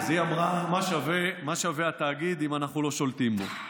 אז היא אמרה: מה שווה התאגיד אם אנחנו לא שולטים בו?